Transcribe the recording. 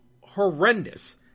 horrendous